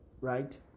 right